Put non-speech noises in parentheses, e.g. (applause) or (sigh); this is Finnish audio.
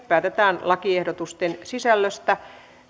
(unintelligible) päätetään lakiehdotusten sisällöstä